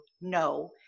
no